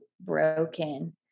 broken